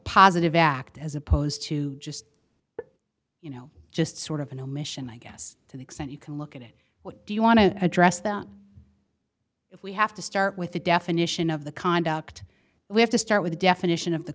positive act as opposed to just you know just sort of an omission i guess to the extent you can look at it what do you want to address that if we have to start with the definition of the conduct we have to start with a definition of the